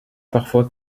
parfois